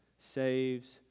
saves